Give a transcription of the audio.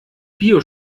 bio